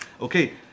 Okay